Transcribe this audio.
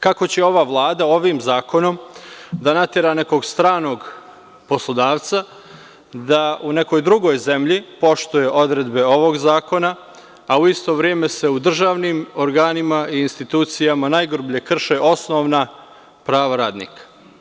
Kako će ova vlada ovim zakonom da natera nekog stranog poslodavca da u nekoj drugoj zemlji poštuje odredbe ovog zakona, a u isto vreme se u državnim organima i institucijama, najgrublje krše osnovna prava radnika.